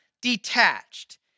detached